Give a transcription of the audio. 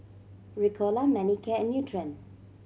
Ricola Manicare and Nutren